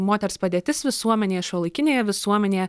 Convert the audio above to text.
moters padėtis visuomenėje šiuolaikinėje visuomenėje